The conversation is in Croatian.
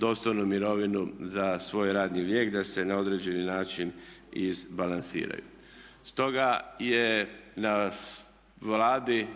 dostojnu mirovinu za svoj radni vijek da se na određeni način izbalansiraju. Stoga je na Vladi